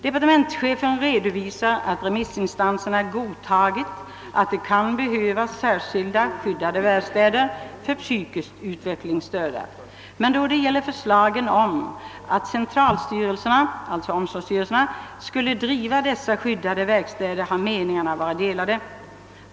Departementschefen redovisar att remissinstanserna godtagit, att det kan behövas särskilda skyddade verkstäder för psykiskt utvecklingsstörda, men när det gäller förslagen om att centralstyrelserna, alltså omsorgsstyrelserna, skulle driva dessa skyddade verkstäder har meningarna varit delade.